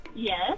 Yes